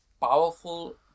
powerful